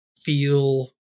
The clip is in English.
feel